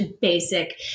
basic